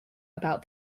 about